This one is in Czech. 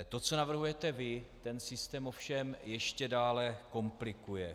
To, co navrhujete vy, ten systém ovšem ještě dále komplikuje.